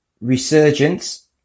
Resurgence